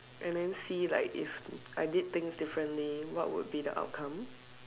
and then see like if I did things differently what would be the outcome